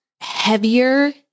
heavier